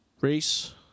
Race